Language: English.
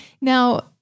Now